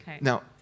Now